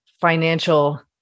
financial